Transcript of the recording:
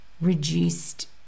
reduced